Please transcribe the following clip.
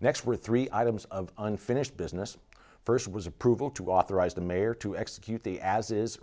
next were three items of unfinished business first was approval to authorize the mayor to execute the as